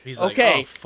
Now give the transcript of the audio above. okay